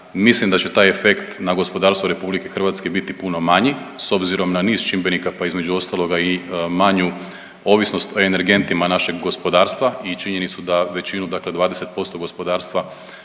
Mislim da će taj efekt na gospodarstvo RH biti puno manji s obzirom na niz čimbenika, pa između ostaloga i manju ovisnost o energentima našeg gospodarstva i činjenicu da većinu dakle 20% gospodarstva